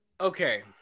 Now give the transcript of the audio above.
Okay